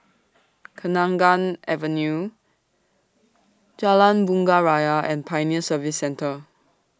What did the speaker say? Kenanga Avenue Jalan Bunga Raya and Pioneer Service Centre